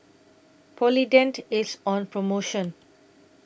Polident IS on promotion